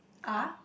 ah